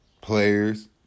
Players